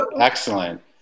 Excellent